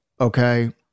Okay